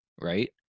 right